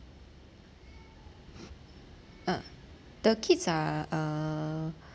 uh the kids are uh